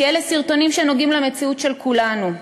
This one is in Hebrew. כי אלה סרטונים שנוגעים למציאות של כולנו,